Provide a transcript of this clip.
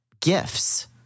gifts